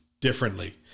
differently